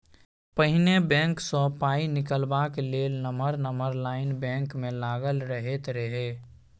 पहिने बैंक सँ पाइ निकालबाक लेल नमहर नमहर लाइन बैंक मे लागल रहैत रहय